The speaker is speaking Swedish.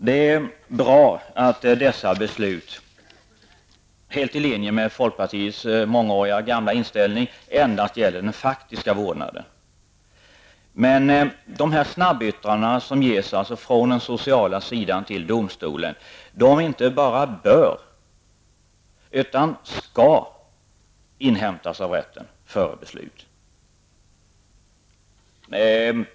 Det är bra att dessa beslut, helt i linje med folkpartiets mångåriga inställning, endast gäller den faktiska vårdnaden. Men dessa snabbyttranden som lämnas från de sociala myndigheterna till domstolen inte bara bör utan skall inhämtas av rätten före beslut.